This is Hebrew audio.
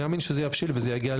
זה לא